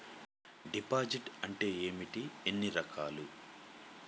Deposit అంటే ఏమిటీ ఎన్ని రకాలు?